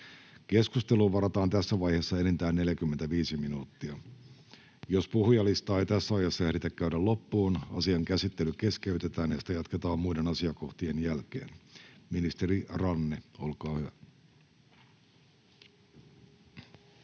Keskusteluun varataan tässä vaiheessa enintään 30 minuuttia. Jos puhujalistaa ei tässä ajassa ehditä käydä loppuun, asian käsittely keskeytetään ja sitä jatketaan muiden asiakohtien jälkeen. — Ministeri Ranne, olkaa hyvä. [Speech